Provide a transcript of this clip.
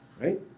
Right